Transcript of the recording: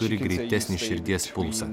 turi greitesnį širdies pulsą